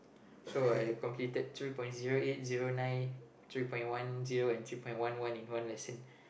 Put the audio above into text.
so I completed three point zero eight zero nine three point one zero and three point one one in one lesson